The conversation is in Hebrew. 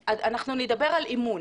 אנחנו נדבר על אמון,